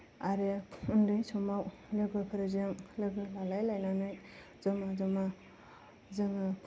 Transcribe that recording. आरो उन्दै समाव लोगोफोरजों लोगो लालायलायनानै जमा जमा जोङो